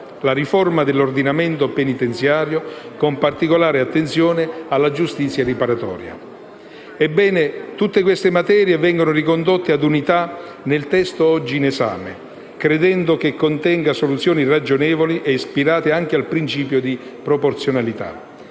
la riforma dell'ordinamento penitenziario, con particolare attenzione alla giustizia riparatoria. Ebbene, tutte queste materie vengono ricondotte a unità nel testo oggi in esame, credendo che contenga soluzioni ragionevoli e ispirate anche al principio di proporzionalità.